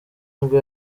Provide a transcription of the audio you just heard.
nibwo